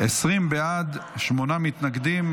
20 בעד, שמונה מתנגדים.